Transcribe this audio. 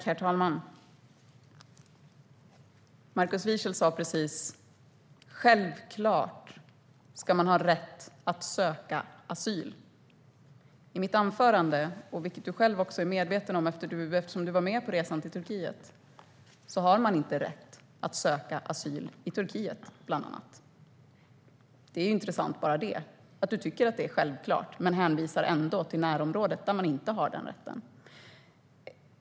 Herr talman! Markus Wiechel sa precis: Självklart ska man ha rätt att söka asyl. I mitt anförande sa jag att man inte har rätt att söka asyl i bland annat Turkiet, vilket du själv är medveten om eftersom du var med på resan dit. Redan detta är intressant - du tycker att det är självklart men hänvisar ändå till närområdet, där man inte har den rätten.